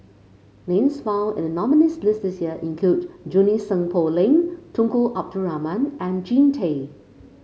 names found in the nominees' list this year include Junie Sng Poh Leng Tunku Abdul Rahman and Jean Tay